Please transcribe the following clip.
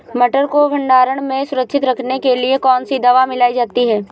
मटर को भंडारण में सुरक्षित रखने के लिए कौन सी दवा मिलाई जाती है?